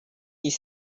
his